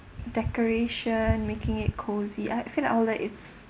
decoration making it cozy I feel like I'll uh it's